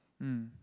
mm